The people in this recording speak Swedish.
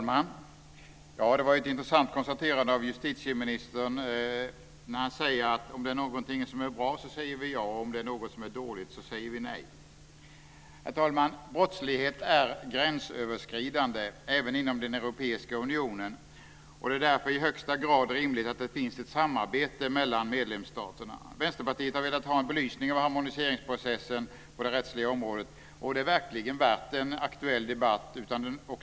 Herr talman! Det var ett intressant konstaterande av justitieministern. Han sade: Om det är någonting som är bra säger vi ja. Om det är något som är dåligt säger vi nej. Herr talman! Brottslighet är gränsöverskridande, även inom den europeiska unionen. Det är därför i högsta grad rimligt att det finns ett samarbete mellan medlemsstaterna. Vänsterpartiet har velat ha en belysning av harmoniseringsprocessen på det rättsliga området. Och det är verkligen värt en aktuell debatt.